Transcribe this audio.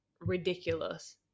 ridiculous